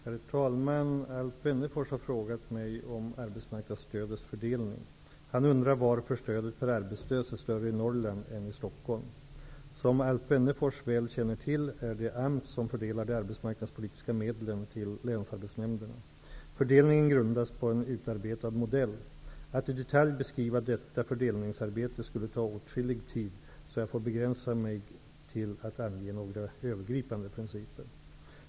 Herr talman! Alf Wennerfors har frågat mig om arbetsmarknadsstödets fördelning. Han undrar varför stödet per arbetslös är större i Norrland än i Som Alf Wennerfors väl känner till är det AMS som fördelar de arbetsmarknadspolitiska medlen till länsarbetsnämnderna. Fördelningen grundas på en utarbetad modell. Att i detalj beskriva detta fördelningsarbete skulle ta åtskillig tid, så jag får begränsa mig till att ange några övergripande principer.